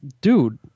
dude